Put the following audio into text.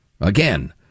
again